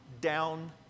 down